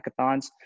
hackathons